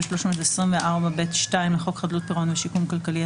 ו- 324 (ב2) לחוק חדלות פירעון ושיקום כלכלי,